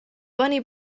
bunny